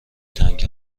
تنگ